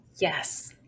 Yes